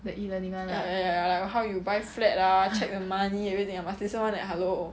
ya ya ya ya ya like how you buy flat ah check the money everything must listen [one] leh hello